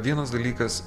vienas dalykas